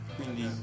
Quindi